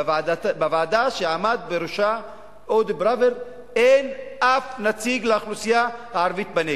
בוועדה שעמד בראשה אודי פראוור לא היה אף נציג לאוכלוסייה הערבית בנגב.